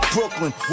Brooklyn